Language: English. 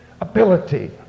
ability